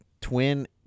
Twin